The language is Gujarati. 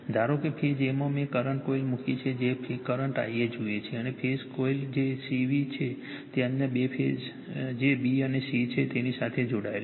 ધારો કે ફેઝ a માં મેં કરંટ કોઇલ મૂકી છે જે કરંટ Ia જુએ છે અને ફેઝર કોઇલ જે C V છે તે અન્ય બે ફેઝ જે b અને c છે તેની સાથે જોડાયેલ છે